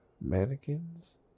mannequins